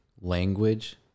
language